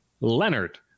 Leonard